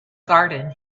garden